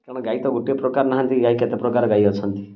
କାରଣ ଗାଈ ତ ଗୋଟେ ପ୍ରକାର ନାହାଁନ୍ତି ଗାଈ କେତେ ପ୍ରକାର ଗାଈ ଅଛନ୍ତି